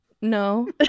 no